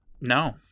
no